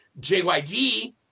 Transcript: JYD